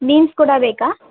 beans ಕೂಡ ಬೇಕಾ